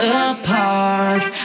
apart